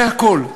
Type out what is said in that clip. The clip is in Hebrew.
זה הכול.